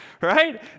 right